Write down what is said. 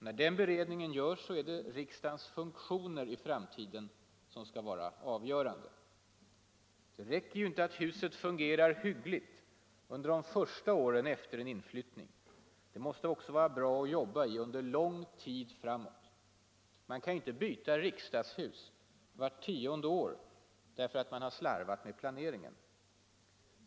När den beredningen görs är det riksdagens funktioner i framtiden som skall vara avgörande. Det räcker ju inte att huset fungerar hyggligt under de första åren efter en inflyttning — det måste också vara bra att jobba i under lång tid framåt. Man kan ju inte byta riksdagshus vart tionde år därför att man slarvat med planeringen.